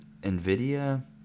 NVIDIA